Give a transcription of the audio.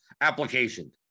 application